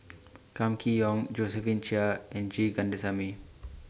Kam Kee Yong Josephine Chia and G Kandasamy